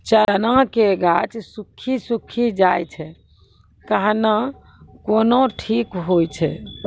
चना के गाछ सुखी सुखी जाए छै कहना को ना ठीक हो छै?